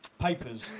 papers